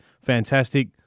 fantastic